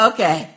Okay